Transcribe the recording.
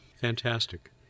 Fantastic